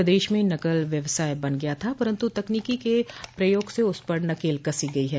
प्रदेश में नकल व्यवसाय बन गया था परन्तु तकनीकी के प्रयोग से उस पर नकेल कसी गई है